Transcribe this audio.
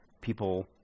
people